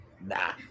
Nah